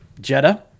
Jetta